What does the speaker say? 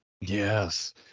Yes